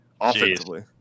Offensively